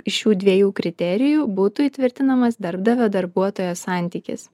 iš šių dviejų kriterijų būtų įtvirtinamas darbdavio darbuotojo santykis